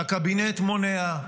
שהקבינט מונע,